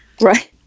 Right